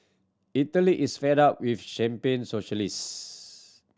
Italy is fed up with champagne socialist